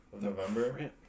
November